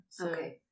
Okay